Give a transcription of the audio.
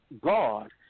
God